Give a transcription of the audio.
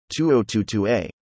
2022a